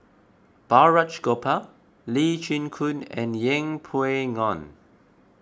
Balraj Gopal Lee Chin Koon and Yeng Pway Ngon